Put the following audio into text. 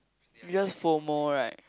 just for more right